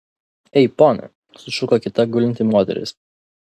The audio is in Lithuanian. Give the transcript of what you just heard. ei pone sušuko kita gulinti moteris